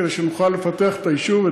כדי שנוכל לפתח את היישוב,